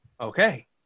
Okay